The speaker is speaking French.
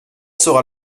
sera